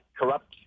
corrupt